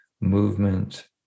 movement